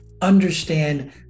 Understand